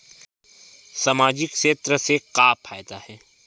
सामजिक क्षेत्र से का फ़ायदा हे?